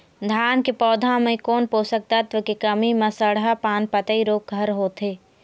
धान के पौधा मे कोन पोषक तत्व के कमी म सड़हा पान पतई रोग हर होथे?